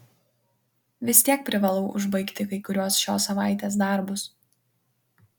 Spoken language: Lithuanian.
vis tiek privalau užbaigti kai kuriuos šios savaitės darbus